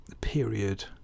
period